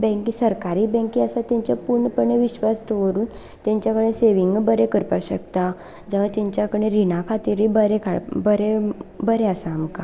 खंयच्याय बँके सरकारी बँके आसा तेंचे पूर्णपणे विश्वास दवरून तेंचे कडेन सेंवीगय बरे करपा शकता जावं तेंच्या कडे रिणा खातिरूय बरें बरें आसा आमकां